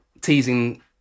teasing